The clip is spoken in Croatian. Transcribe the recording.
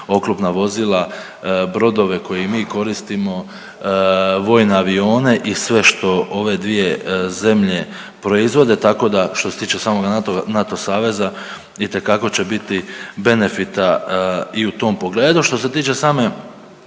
oklopna vozila, brodove koje i mi koristimo, vojne avione i sve što ove dvije zemlje proizvode, tako da što se tiče samog NATO saveza itekako će biti benefita i u tom pogledu.